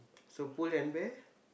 so Pull-and-Bear